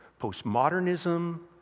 postmodernism